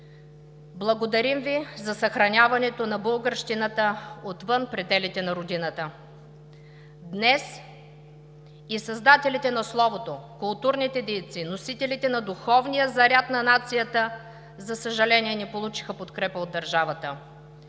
Благодарим Ви за съхраняването на българщината отвъд пределите на Родината! Днес и създателите на словото, културните дейци, носителите на духовния заряд на нацията, за съжаление, не получиха подкрепа от държавата.